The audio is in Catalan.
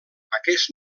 aquest